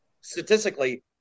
statistically